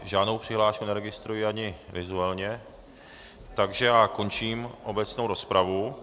Žádnou přihlášku neregistruji ani vizuálně, takže končím obecnou rozpravu.